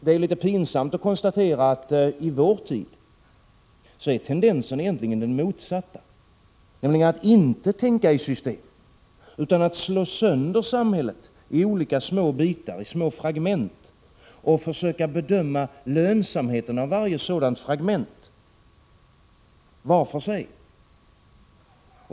Det är litet pinsamt att konstatera att tendensen i vår tid egentligen är den motsatta, nämligen att inte tänka i system utan att slå sönder samhället i olika små fragment och försöka bedöma lönsamheten i varje sådant fragment för sig.